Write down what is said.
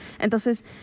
entonces